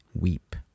weep